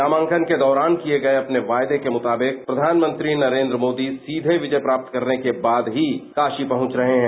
नामांकन के दौरान किए गए अपने वादे के मुताबिक प्रधानमंत्री नरेंद्र मोदी सीधे विजय प्राप्त करने के बाद ही कासी पहुंच रहे हैं